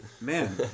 Man